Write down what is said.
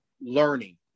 learning